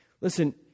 Listen